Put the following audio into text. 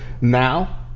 Now